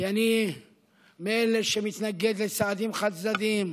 כי אני מאלה שמתנגדים לצעדים חד-צדדיים,